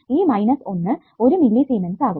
ഈ minus 1 1 millisiemens ആകും